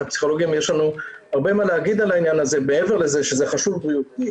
יש לנו הרבה מה להגיד על העניין הזה מעבר לזה שזה חשוב בריאותית,